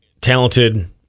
talented